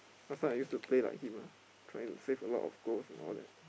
last time I used to play like him ah trying to save a lot of goals and all that